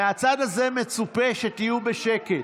מהצד הזה מצופה שתהיו בשקט.